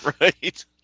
Right